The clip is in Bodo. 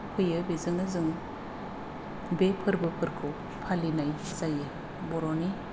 फैयो बेजोंनो जों बे फोरबोफोरखौ फालिनाय जायो बर'नि